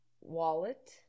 Wallet